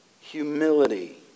humility